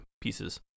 pieces